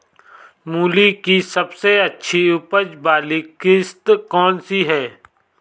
मूली की सबसे अच्छी उपज वाली किश्त कौन सी है?